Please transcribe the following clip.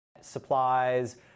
supplies